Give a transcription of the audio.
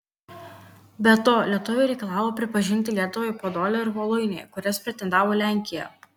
be to lietuviai reikalavo pripažinti lietuvai podolę ir voluinę į kurias pretendavo lenkija